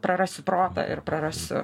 prarasiu protą ir prarasiu